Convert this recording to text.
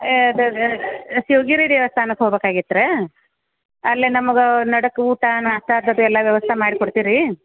ಏಯ್ ಅದೇ ಅದೇ ಶಿವಗಿರಿ ದೇವಸ್ಥಾನಕ್ಕೆ ಹೊಗ್ಬೇಕಾಗಿತ್ರೀ ಅಲ್ಲೇ ನಮ್ಗೆ ನಡುಕ್ ಊಟ ನಾಷ್ಟ ಅಂಥದ್ದೆಲ್ಲ ವ್ಯವಸ್ಥೆ ಮಾಡ್ಕೊಡ್ತೀರ ರೀ